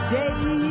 day